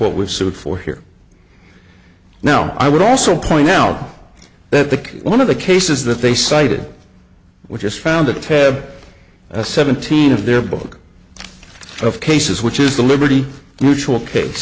what was sued for here now i would also point out that the one of the cases that they cited which is found at ten seventeen of their book of cases which is the liberty mutual case